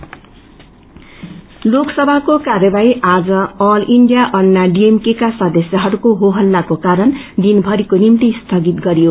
session लोकसभाको कार्यवाही आज अल ईण्डिया अन्ना डीएमके का सदस्यहरूको हो हल्लाको कारण दिनथरिको निम्ति स्थगित गरियो